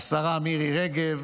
השרה מירי רגב,